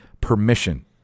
permission